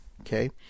Okay